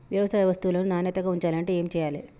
వ్యవసాయ వస్తువులను నాణ్యతగా ఉంచాలంటే ఏమి చెయ్యాలే?